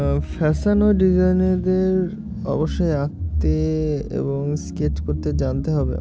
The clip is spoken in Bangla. ফ্যাশান ও ডিজাইনারদের অবশ্যই আঁকতে এবং স্কেচ করতে জানতে হবে